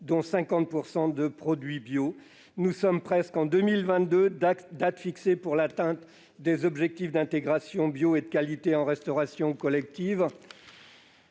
dont 50 % de bio. Nous sommes presque en 2022, date fixée pour l'atteinte des objectifs d'intégration de bio et de qualité dans la restauration collective